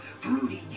Brooding